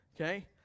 okay